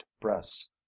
breasts